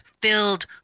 filled